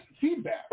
feedback